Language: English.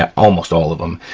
ah almost all of them.